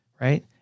right